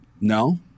No